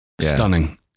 Stunning